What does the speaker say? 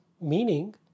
meaning